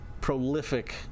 prolific